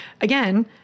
again